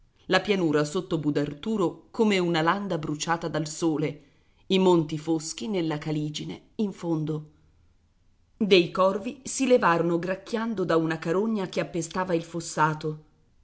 la pianura sotto budarturo come una landa bruciata dal sole i monti foschi nella caligine in fondo dei corvi si levarono gracchiando da una carogna che appestava il fossato